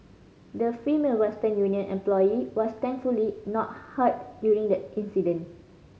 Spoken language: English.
the Female Western Union employee was thankfully not hurt during the incident